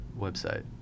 website